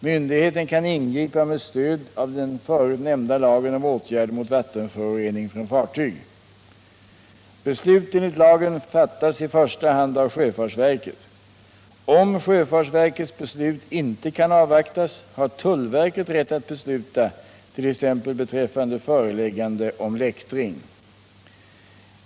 Myndigheten kan ingripa med stöd av den förut nämnda lagen om åtgärder mot vattenförorening från fartyg. Beslut enligt lagen fattas i första hand av sjöfartsverket. Om sjöfartsverkets beslut inte kan avvaktas har tullverket rätt att besluta t.ex. beträffande föreläggande om läktring.